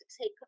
take